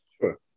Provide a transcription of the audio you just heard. Sure